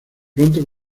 pronto